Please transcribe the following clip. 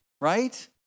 right